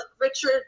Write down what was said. Richard